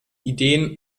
ideen